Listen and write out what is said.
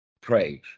praise